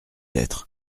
être